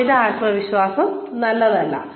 അമിത ആത്മവിശ്വാസം നല്ലതല്ല